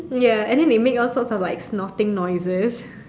ya and then they make all sort of snorting noises